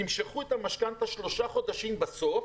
תמשכו את המשכנתא שלושה חודשים בסוף,